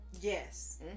Yes